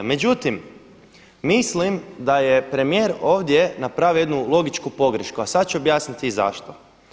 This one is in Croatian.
Međutim, mislim da je premijer ovdje napravio jednu logičku pogrešku, a sad ću objasniti i zašto.